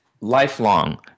lifelong